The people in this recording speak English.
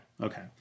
Okay